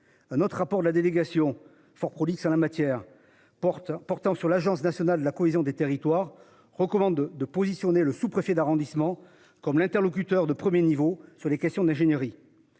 Un autre rapport de la délégation forts prolixes en la matière porte portant sur l'Agence nationale de la cohésion des territoires recommande de positionner le sous-préfet d'arrondissement comme l'interlocuteur de 1er niveau sur les questions d'ingénierie.